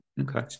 Okay